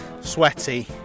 sweaty